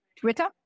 Twitter